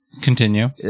Continue